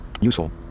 Useful